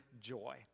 joy